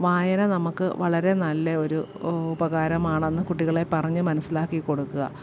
വായന നമുക്ക് വളരെ നല്ലയൊരു ഉപകാരമാണെന്ന് കുട്ടികളെ പറഞ്ഞു മനസ്സിലാക്കി കൊടുക്കാൻ